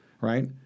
right